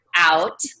out